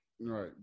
right